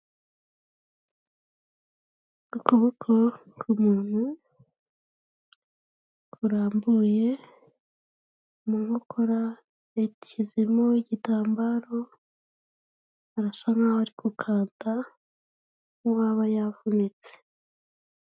Ukuboko kumuntu kurambuye mu nkokora yashyizemo igitambaro arasa nkaho ari gukannda uwaba yavunitse.